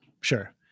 sure